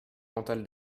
mental